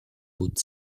put